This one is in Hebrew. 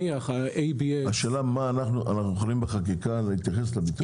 אנחנו יכולים בחקיקה להתייחס לביטוח?